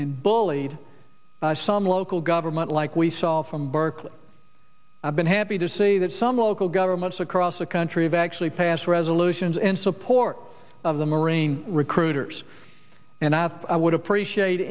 and bullied by some local government like we saw from berkeley i've been happy to see that some local governments across the country of actually pass resolutions and support of the marine recruiters and i have i would appreciate